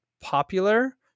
popular